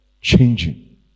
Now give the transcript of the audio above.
changing